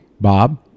Bob